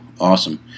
Awesome